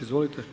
Izvolite.